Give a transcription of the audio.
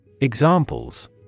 Examples